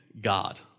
God